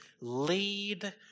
lead